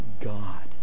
God